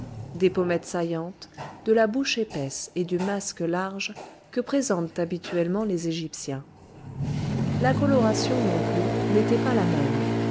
des pommettes saillantes de la bouche épaisse et du masque large que présentent habituellement les égyptiens la coloration non plus n'était pas la même